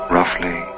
Roughly